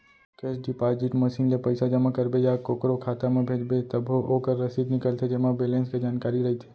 cash deposit machine ले पइसा जमा करबे या कोकरो खाता म भेजबे तभो ओकर रसीद निकलथे जेमा बेलेंस के जानकारी रइथे